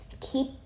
keep